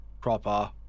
proper